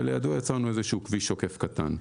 ולידו יצרנו איזשהו כביש עוקף קטן.